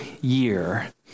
year